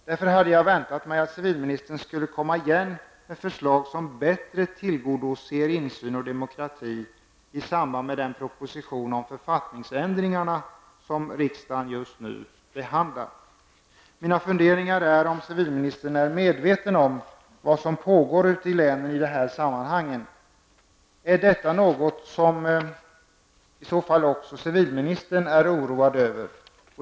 Därför hade jag väntat mig att civilministern, i samband med den proposition om författningsändringarna som riksdagen just nu behandlar, skulle återkomma med förslag som bättre tillgodoser insyn och demokrati. Mina funderingar gäller om civilministern är medveten om vad som pågår ute i länen i detta sammanhang. Är detta något som också civilministern är oroad över?